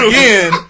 Again